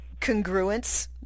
congruence